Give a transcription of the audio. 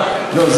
לא,